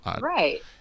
Right